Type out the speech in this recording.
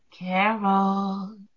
Carol